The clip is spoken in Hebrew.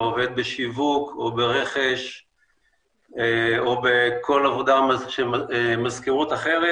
עובד בשיווק או ברכש או בכל עבודת מזכירות אחרת,